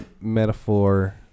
metaphor